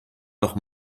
noch